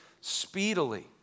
speedily